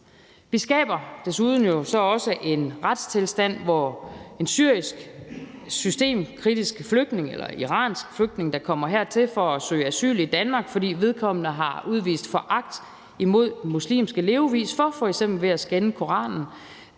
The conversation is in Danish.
Vi skaber desuden så også en retstilstand, hvor en syrisk systemkritisk flygtning eller iransk flygtning, der kommer hertil for at søge asyl i Danmark, fordi vedkommende har udvist foragt for den muslimske levevis, f.eks. ved at skænde Koranen,